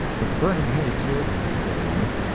but the burning hay cured him for the moment.